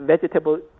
vegetable